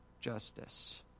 justice